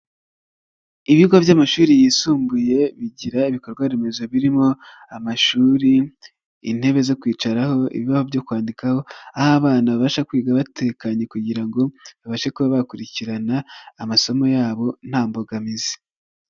ibigo by'amashuri yisumbuye bigira ibikorwaremezo, birimo amashuri, intebe zo kwicaraho, byo kwandikaho, aho abana babasha kwiga batekanye kugira ngo babashe kuba bakurikirana amasomo yabo nta mbogamizi.